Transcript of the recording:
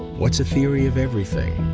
what's the theory of everything?